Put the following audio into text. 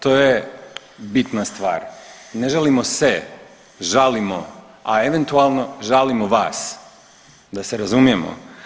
To je bitna stvar, ne žalimo se, žalimo, a eventualno žalimo vas da se razumijemo.